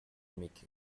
mickey